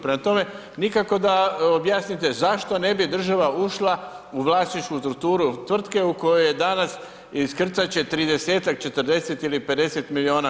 Prema tome, nikako da objasnite zašto ne bi država ušla u vlasničku strukturu tvrtke u kojoj danas iskrcat će 30-ak, 40 ili 50 milijuna kuna.